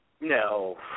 No